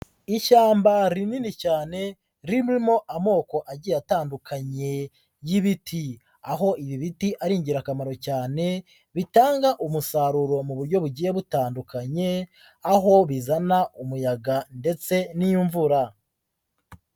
Ishyamba rinini cyane ririmo amoko agiye atandukanye y'ibiti, aho ibi biti ari ingirakamaro cyane bitanga umusaruro mu buryo bugiye butandukanye, aho bizana umuyaga ndetse n'imvura.